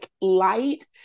light